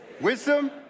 wisdom